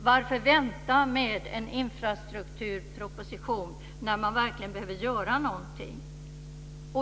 Varför vänta med en infrastrukturproposition när man verkligen behöver göra någonting?